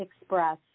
express